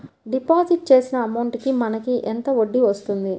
Deposit చేసిన amount కి మనకి ఎంత వడ్డీ వస్తుంది?